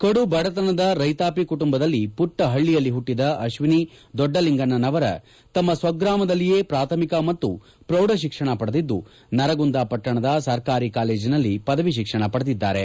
ಕಡು ಬಡತನದ ರೈತಾಪಿ ಕುಟುಂಬದಲ್ಲಿ ಪುಟ್ಟ ಪಳ್ಳಿಯಲ್ಲಿ ಪುಟ್ಟದ ಅಶ್ವಿನಿ ದೊಡ್ಡಲಿಂಗನವರ ತಮ್ಮ ಸ್ವ ಗ್ರಾಮದಲ್ಲಿಯೇ ಪಾಥಮಿಕ ಮತ್ತು ಪೌಢ ಶಿಕ್ಷಣ ಪಡೆದಿದ್ದು ನರಗುಂದ ಪಟ್ಟಣದ ಸರ್ಕಾರಿ ಕಾಲೇಜಿನಲ್ಲಿ ಪದವಿ ಶಿಕ್ಷಣ ಪಡೆದಿದ್ದಾರೆ